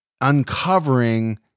uncovering